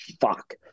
fuck